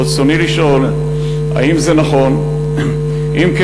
רצוני לשאול: 1. האם נכון הדבר?